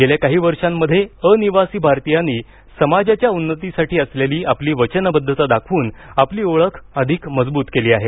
गेल्या काही वर्षामध्ये अनिवासी भारतीयांनी समाजाच्या उन्नतीसाठी असलेली आपली वचनबद्धता दाखवून आपली ओळख अधिक मजबूत केली आहे